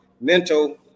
mental